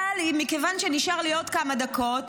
אבל מכיוון שנשארו לי עוד כמה דקות,